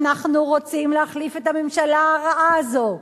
אנחנו רוצים להחליף את הממשלה הרעה הזאת.